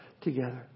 together